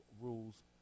rules